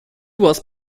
was